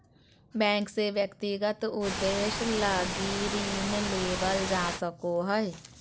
bank से व्यक्तिगत उद्देश्य लगी ऋण लेवल जा सको हइ